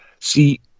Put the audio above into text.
See